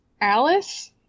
Alice